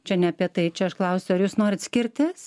vyrų ne apie tai aš čia klausiu ar jūs norite skirtis